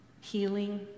healing